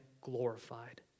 glorified